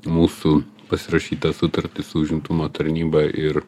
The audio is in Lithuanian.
mūsų pasirašytą sutartį su užimtumo tarnyba ir